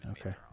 Okay